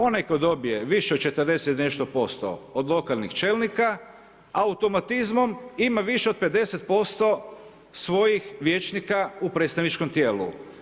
Onaj tko dobije više od 40 i nešto posto od lokalnih čelnika automatizmom ima više od 50% svojih vijećnika u predstavničkom tijelu.